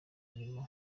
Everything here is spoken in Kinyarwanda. inyuma